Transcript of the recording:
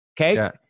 Okay